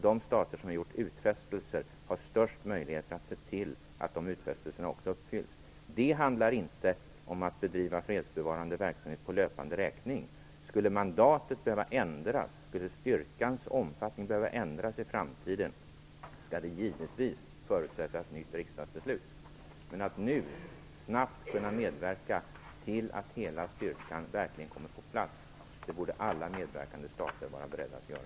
De stater som har gjort utfästelser har störst möjligheter att se till att de utfästelserna också uppfylls. Det handlar inte om att bedriva fredsbevarande verksamhet på löpande räkning. Skulle mandatet behöva ändras - skulle styrkans omfattning behöva ändras i framtiden - skall det givetvis förutsätta ett nytt riksdagsbeslut. Men att nu snabbt kunna medverka till att hela styrkan verkligen kommer på plats borde alla medverkande stater vara beredda att göra.